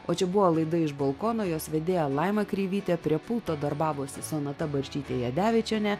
o čia buvo laida iš balkono jos vedėja laima kreivytė prie pulto darbavosi sonata barštytė jadevičienė